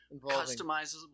Customizable